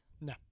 No